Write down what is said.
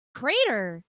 crater